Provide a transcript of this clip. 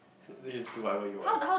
let's just do whatever you want